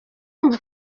urumva